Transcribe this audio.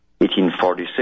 1846